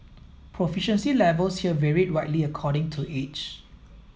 proficiency levels here varied widely according to age